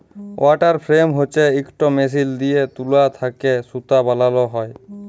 water frame হছে ইকট machine দিঁয়ে তুলা থ্যাকে সুতা বালাল হ্যয়